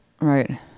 Right